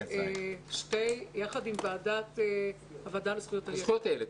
יחד עם הוועדה לזכויות הילד.